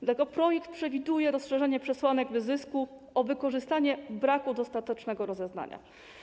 Dlatego projekt przewiduje rozszerzenie przesłanek wyzysku o wykorzystanie braku dostatecznego rozeznania.